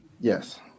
yes